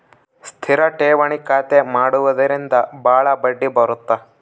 ಸ್ಥಿರ ಠೇವಣಿ ಖಾತೆ ಮಾಡುವುದರಿಂದ ಬಾಳ ಬಡ್ಡಿ ಬರುತ್ತ